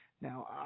Now